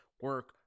Work